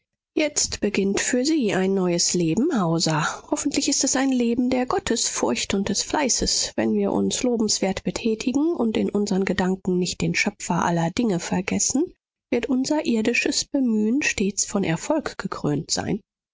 jetzt beginnt für sie ein neues leben hauser hoffentlich ist es ein leben der gottesfurcht und des fleißes wenn wir uns lobenswert betätigen und in unsern gedanken nicht den schöpfer aller dinge vergessen wird unser irdisches bemühen stets von erfolg gekrönt sein